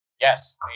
Yes